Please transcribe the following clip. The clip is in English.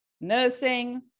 nursing